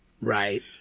Right